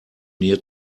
near